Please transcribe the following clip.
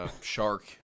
shark